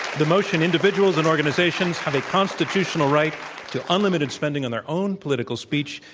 the motion, individuals and organizations have a constitutional right to unlimited spending on their own political speech,